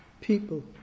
people